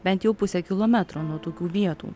bent jau pusę kilometro nuo tokių vietų